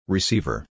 Receiver